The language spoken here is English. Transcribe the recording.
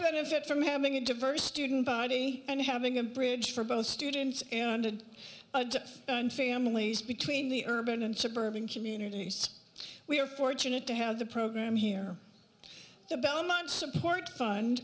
benefit from having a diverse student body and having a bridge for both students and and families between the urban and suburban communities we are fortunate to have the program here the belmont support fun